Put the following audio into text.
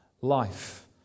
life